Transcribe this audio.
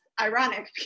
ironic